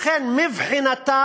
לכן, מבחינתה